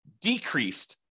decreased